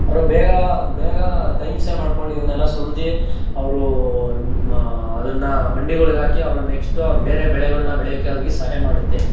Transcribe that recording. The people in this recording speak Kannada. ಅವರು ಬೇಗ ಬೇಗ ಟೈಮ್ ಸೇವ್ ಮಾಡ್ಕೊಂಡು ಇವನ್ನೆಲ್ಲ ಸುಲ್ದು ಅವರು ಮ ಅದನ್ನು ಮಂಡಿಗಳ್ಗಾಕಿ ಅವ್ರು ನೆಕ್ಸ್ಟು ಅವ್ರು ಬೇರೆ ಬೆಳೆಗಳನ್ನ ಬೆಳೆಯೋಕ್ಕೆ ಅವ್ರಿಗೆ ಸಹಾಯಮಾಡುತ್ತೆ